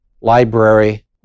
library